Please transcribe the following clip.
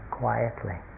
quietly